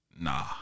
nah